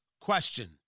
question